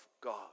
God